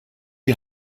die